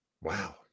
Wow